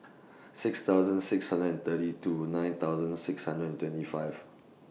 six thousand six hundred and thirty two nine thousand six hundred and twenty five